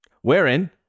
wherein